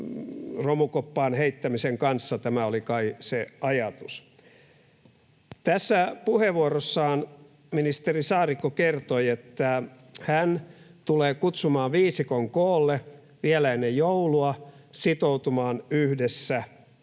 romukoppaan heittämisen kanssa. Tämä oli kai se ajatus. Tässä puheenvuorossaan ministeri Saarikko kertoi, että hän tulee kutsumaan viisikon koolle vielä ennen joulua sitoutumaan yhdessä